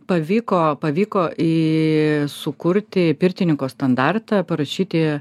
pavyko pavyko į sukurti pirtininko standartą parašyti